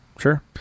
Sure